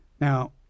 Now